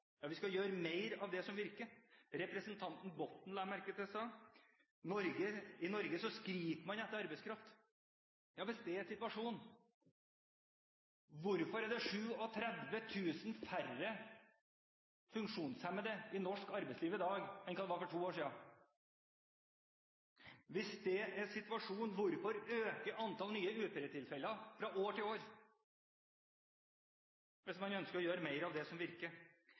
Ja, hvis det er situasjonen, hvorfor er det 37 000 færre funksjonshemmede i norsk arbeidsliv i dag enn det var for to år siden? Hvis det er situasjonen, hvorfor øker antall nye uføretilfeller fra år til år, hvis man ønsker å gjøre mer av det som virker?